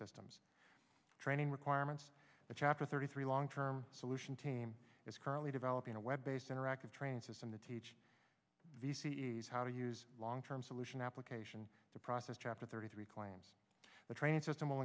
systems training requirements and chapter thirty three long term solution team is currently developing a web based interactive train system to teach d c s how to use long term solution application process chapter thirty three claims the train system will